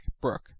Brooke